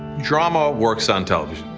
drama works on television.